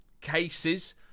cases